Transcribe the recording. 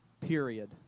period